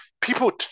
people